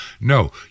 No